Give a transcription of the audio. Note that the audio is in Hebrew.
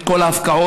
את כל ההפקעות,